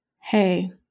Hey